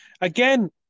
Again